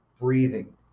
breathing